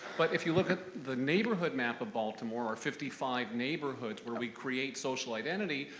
but if you look at the neighborhood map of baltimore are fifty five neighborhoods where we create social identity,